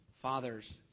fathers